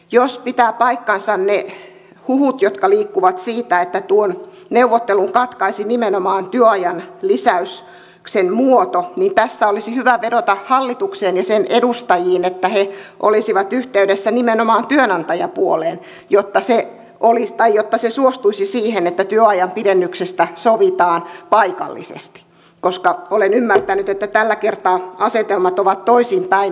jos pitävät paikkansa ne huhut joita liikkuu siitä että tuon neuvottelun katkaisi nimenomaan työajan lisäyksen muoto niin tässä olisi hyvä vedota hallitukseen ja sen edustajiin että he olisivat yhteydessä nimenomaan työnantajapuoleen jotta se suostuisi siihen että työajan pidennyksestä sovitaan paikallisesti koska olen ymmärtänyt että tällä kertaa asetelmat ovat toisinpäin